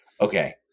okay